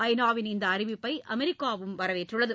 ஐ நா விள் இந்த அறிவிப்பை அமெரிக்காவும் வரவேற்றுள்ளது